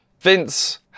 Vince